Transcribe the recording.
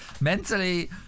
mentally